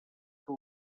que